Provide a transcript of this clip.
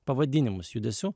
pavadinimus judesių